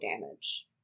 damage